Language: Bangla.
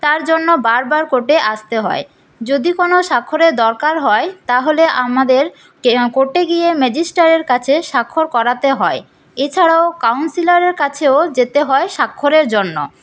তার জন্য বারবার কোর্টে আসতে হয় যদি কোনো স্বাক্ষরের দরকার হয় তাহলে আমাদের কে কোর্টে গিয়ে ম্যাজিস্ট্রেটের কাছে স্বাক্ষর করাতে হয় এছাড়াও কাউন্সিলরের কাছেও যেতে হয় স্বাক্ষরের জন্য